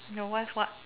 your wife what